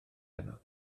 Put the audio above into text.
heno